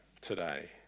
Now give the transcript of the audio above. today